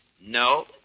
no